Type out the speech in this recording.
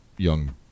Young